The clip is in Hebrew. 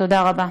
תודה רבה.